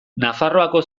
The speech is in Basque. nafarroako